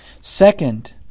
Second